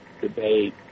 debate